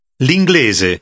L'Inglese